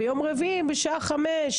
שביום רביעי בשעה חמש,